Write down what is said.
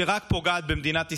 שרק פוגעת במדינת ישראל.